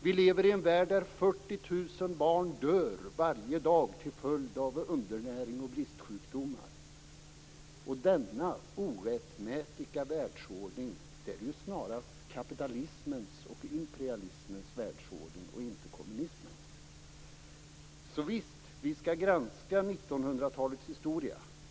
Vi lever i en värld där 40 000 barn dör varje dag till följd av undernäring och bristsjukdomar. Denna orättmätiga världsordning är snarast kapitalismens och imperialismens världsordning och inte kommunismens. Visst. Vi skall granska 1900-talets historia.